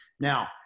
Now